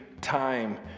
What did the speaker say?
time